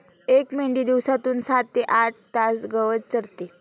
एक मेंढी दिवसातून सात ते आठ तास गवत चरते